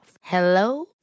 Hello